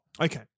Okay